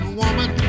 woman